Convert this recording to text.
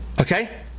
Okay